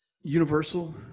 Universal